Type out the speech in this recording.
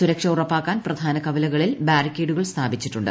സുരക്ഷ ഉറപ്പാക്കാൻ പ്രധാന കവലകളിൽ ബാരിക്കേഡുകൾ സ്ഥാപിച്ചിട്ടുണ്ട്